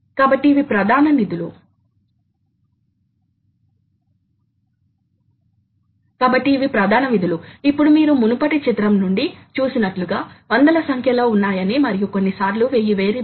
కాబట్టి ఇవి power electronic పరికరాలు పవర్ ఎలక్ట్రానిక్ పరికరాలు అంతేకాక అవి కంట్రోలర్లు కంట్రోల్ ఎలక్ట్రానిక్స్